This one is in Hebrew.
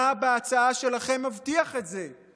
מה בהצעה שלכם מבטיח את זה?